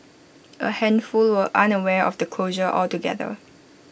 A handful were unaware of the closure altogether